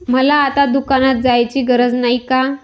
मला आता दुकानात जायची गरज नाही का?